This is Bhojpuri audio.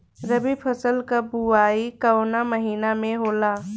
रबी फसल क बुवाई कवना महीना में होला?